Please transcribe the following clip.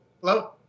Hello